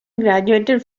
graduated